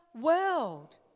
world